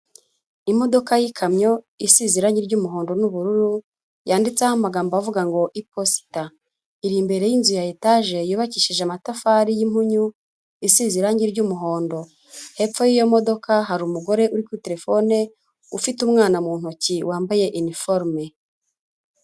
Imodoka y'ikamyo isize irangi ry'umuhondo n'ubururu yanditseho amagambo avuga ngo iposita. Iri imbere y'inzu ya etage yubakishije amatafari y'impunyu, isize irangi ry'umuhondo, hepfo yiyo modoka hari umugore uri kuri tefone ufite umwana mu ntoki wambaye iniforume.